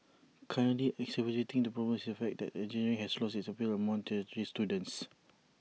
currently exacerbating the problem is the fact that engineering has lost its appeal among tertiary students